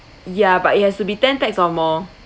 ya but it has to be ten pax or more